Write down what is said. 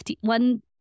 one